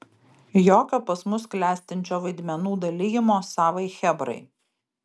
jokio pas mus klestinčio vaidmenų dalijimo savai chebrai